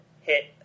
hit